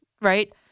right